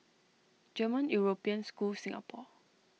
German European School Singapore